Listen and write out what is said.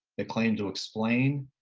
they claim to explain,